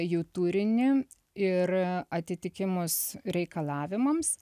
jų turinį ir atitikimus reikalavimams